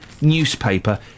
newspaper